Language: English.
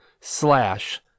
slash